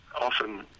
often